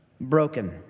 broken